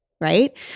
right